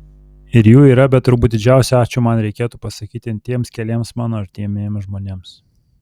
ir jų yra bet turbūt didžiausią ačiū man reikėtų pasakyti tiems keliems mano artimiems žmonėms